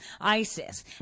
ISIS